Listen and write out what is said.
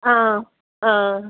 ആ ആ